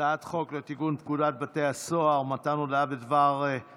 הצעת חוק לתיקון פקודת בתי הסוהר (מתן הודעה בכתב